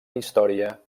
història